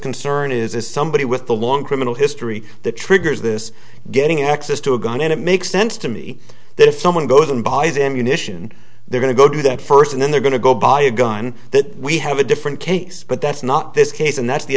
concern is is somebody with a long criminal history that triggers this getting access to a gun and it makes sense to me that if someone goes and buys ammunition they're going to go to them first and then they're going to go buy a gun that we have a different case but that's not this case and that's the